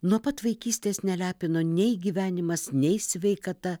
nuo pat vaikystės nelepino nei gyvenimas nei sveikata